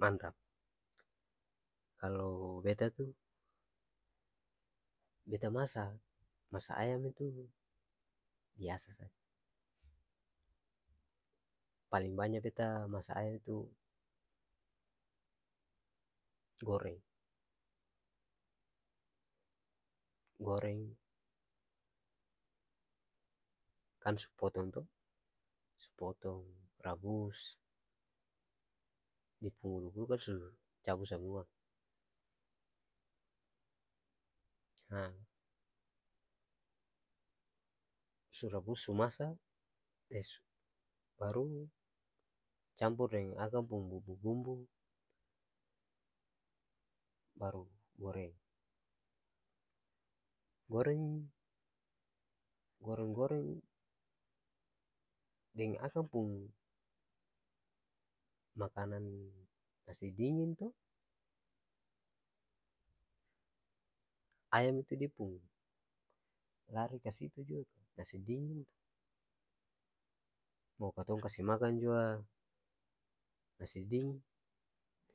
mantap, kalu beta tuh beta masa masa ayam tuh biasa saja. paleng banya beta masa ayam tuh goreng, goreng kan su potong to su potong, rabus dia pung bulu-bulu kan su cabu samua su rabus su masa baru campor deng akang pung bumbu-bumbu baru goreng, goreng-goreng deng akang pung makanang nasi dingin to, ayam itu dia pung lari kasitu jua tuh nasi dingin tuh mo katong kasi makang jua nasi dingin.